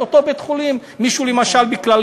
למשל,